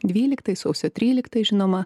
dvyliktai sausio tryliktai žinoma